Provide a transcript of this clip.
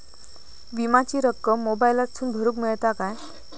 विमाची रक्कम मोबाईलातसून भरुक मेळता काय?